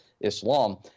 Islam